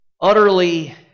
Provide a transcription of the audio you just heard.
utterly